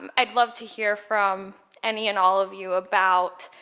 um i'd love to hear from any and all of you about,